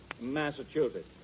Massachusetts